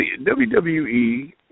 WWE